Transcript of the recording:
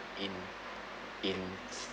in in